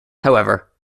however